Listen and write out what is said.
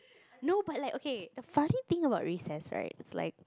no but like okay the funny thing about recess right is like